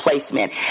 placement